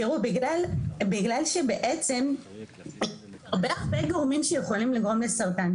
תראו בגלל שבעצם הרבה הרבה גורמים שיכולים לגרום לסרטן,